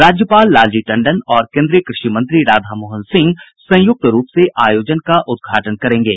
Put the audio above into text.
राज्यपाल लालजी टण्डन और कोन्द्रीय कृषि मंत्री राधामोहन सिंह संयुक्त रूप से आयोजन का उद्घाटन करेंगे